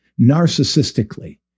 narcissistically